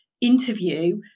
interview